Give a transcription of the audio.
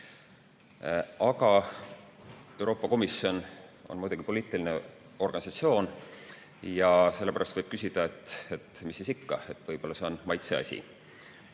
Aga Euroopa Komisjon on muidugi poliitiline organisatsioon ja sellepärast võib öelda, et mis siis ikka, võib-olla see on maitse asi.